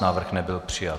Návrh nebyl přijat.